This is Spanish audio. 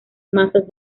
masas